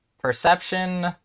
perception